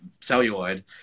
celluloid